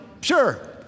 Sure